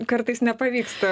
kartais nepavyksta